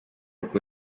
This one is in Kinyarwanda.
rwo